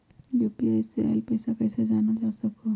UPI से आईल पैसा कईसे जानल जा सकहु?